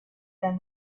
than